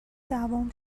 دعوام